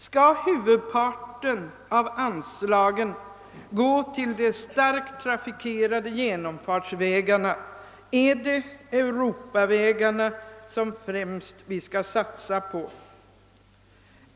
Skall huvudparten av anslagen gå till de starkt trafikerade genomfartsvägarna? Är det Europavägarna som vi främst skall satsa på?